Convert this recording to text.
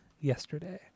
yesterday